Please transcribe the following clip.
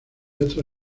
otra